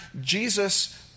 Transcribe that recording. Jesus